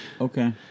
Okay